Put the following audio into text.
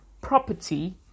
property